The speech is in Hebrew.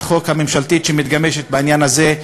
החוק הממשלתית המתגבשת בעניין הזה.